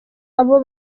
abo